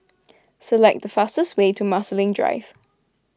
select the fastest way to Marsiling Drive